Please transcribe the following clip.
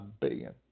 billion